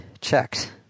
checked